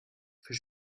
für